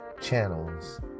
channels